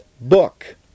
book